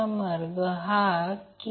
तर सर्व अँगल या दरम्यान आहेत